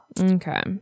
Okay